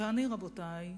ואני, רבותי,